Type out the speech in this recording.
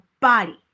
body